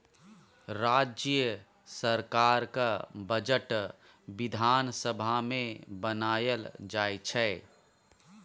राज्य सरकारक बजट बिधान सभा मे बनाएल जाइ छै